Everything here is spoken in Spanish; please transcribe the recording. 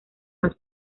más